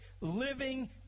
living